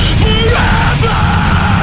forever